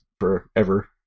forever